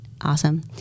awesome